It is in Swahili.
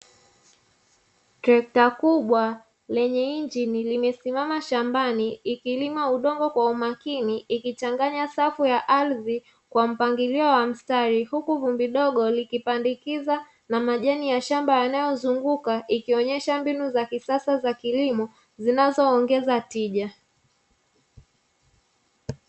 Trekta kubwa lenye injini limesimama shambani likilima udongo kwa umakini likichanganya safu ya ardhi kwa mpangilio wa mstari, huku vumbi dogo likipandikiza na majani ya shamba yanayozunguka ikionesha mbinu za kisasa za kilimo zinazoongeza tija.